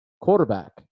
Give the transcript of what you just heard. quarterback